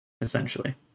essentially